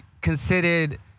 considered